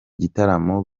gitaramo